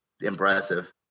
impressive